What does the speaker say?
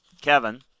Kevin